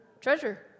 treasure